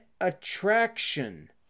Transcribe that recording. attraction